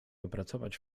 opracować